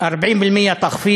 הנחה